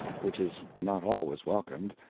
which is not always welcomed,